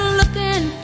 looking